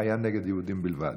היה נגד יהודים בלבד.